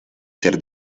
ser